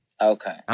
Okay